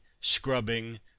scrubbing